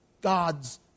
God's